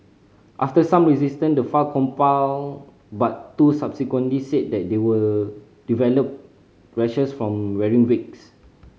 after some resistance the five complied but two subsequently said that they will developed rashes from wearing wigs